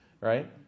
right